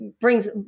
brings